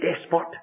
despot